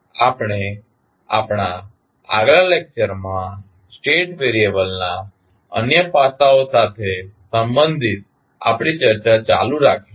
આપણે આપણા આગલા લેક્ચરમાં સ્ટેટ વેરિયેબલના અન્ય પાસાઓ સાથે સંબંધિત આપણી ચર્ચા ચાલુ રખીશું